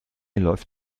läuft